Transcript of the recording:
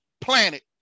planet